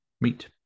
meet